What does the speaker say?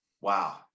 wow